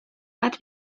bat